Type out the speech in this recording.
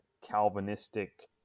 Calvinistic